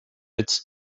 its